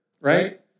right